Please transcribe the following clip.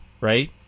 right